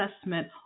assessment